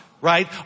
right